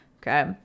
Okay